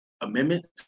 Amendments